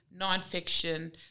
nonfiction